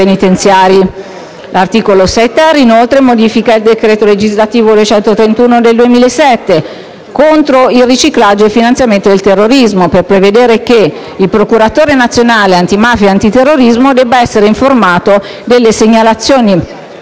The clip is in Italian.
L'articolo 6*-ter*, inoltre, modifica il decreto legislativo n. 231 del 2007, contro il riciclaggio e finanziamento del terrorismo, per prevedere che il procuratore nazionale antimafia e antiterrorismo debba essere informato delle segnalazioni